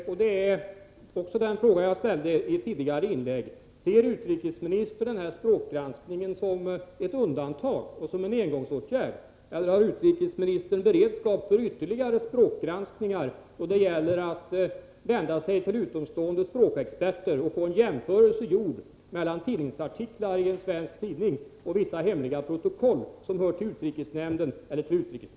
Herr talman! Jag har en sista följdfråga, som jag också ställde i ett tidigare inlägg: Ser utrikesministern denna språkgranskning som ett undantag och en engångsåtgärd? Eller har utrikesministern beredskap för ytterligare språkgranskningar där det gäller att vända sig till utomstående språkexperter och få en jämförelse gjord mellan artiklar i en svensk tidning och vissa hemliga protokoll som hör till utrikesnämnden eller UD?